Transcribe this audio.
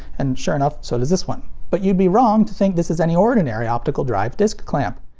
and sure enough, so does this one. but you'd be wrong to think this is any ordinary optical drive disc clamp.